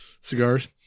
Cigars